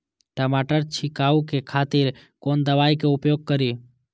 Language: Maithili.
टमाटर छीरकाउ के खातिर कोन दवाई के उपयोग करी?